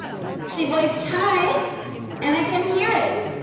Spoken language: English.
she was tied and i couldn't hear it